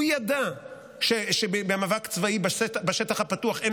הוא ידע שבמאבק צבאי בשטח הפתוח אין